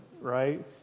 right